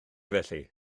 felly